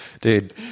Dude